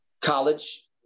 college